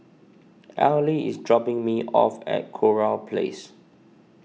Eli is dropping me off at Kurau Place